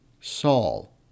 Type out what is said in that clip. Saul